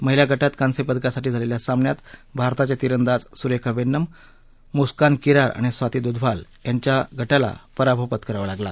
महिला गटात कांस्यपदकासाठी झालेल्या सामन्यात भारताच्या तिरंदाज सुरेखा वेंन्नम मुस्कान किरार आणि स्वाती दुधवाल यांच्या गटाला पराभव पत्करावा लागला